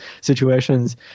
situations